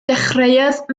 dechreuodd